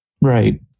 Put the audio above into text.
Right